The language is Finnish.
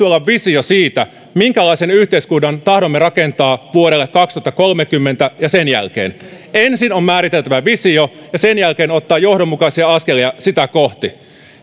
olla visio siitä minkälaisen yhteiskunnan tahdomme rakentaa vuodelle kaksituhattakolmekymmentä ja sen jälkeen ensin on määriteltävä visio ja sen jälkeen otettava johdonmukaisia askelia sitä kohti